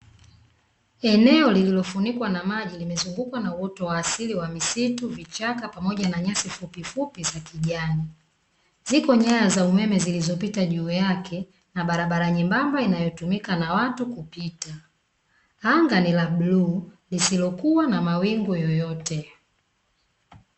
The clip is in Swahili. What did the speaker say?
Eneo lililofunikwa na maji limezungukwa na uoto wa asili wa misitu vichaka pamoja na nyasi fupi fupi za kijani, ziko nyaya za umeme zilizopita juu yake na barabara nyembamba inayotumika na watu kupita, anga ni la bluu, lisilokuwa na mawingu yoyote.